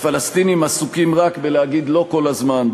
הפלסטינים עסוקים רק בלהגיד "לא" כל הזמן,